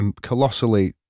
colossally